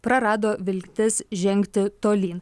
prarado viltis žengti tolyn